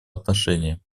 отношении